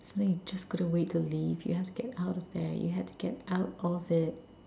something you just couldn't wait to leave you have to get out of there you had to get out of it